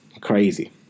crazy